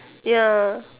ya